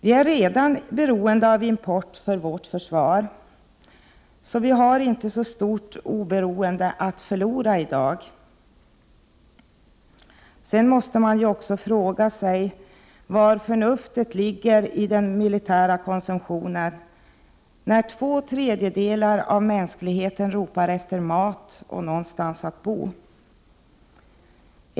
Vi är redan beroende av import för vårt försvar. Vi har inte så stort oberoende att förlora i dag. Man måste också fråga sig var förnuftet ligger i den militära konsumtionen, när två tredjedelar av mänskligheten ropar efter mat och någonstans att bo.